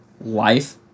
life